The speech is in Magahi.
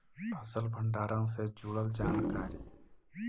फसल भंडारन से जुड़ल जानकारी?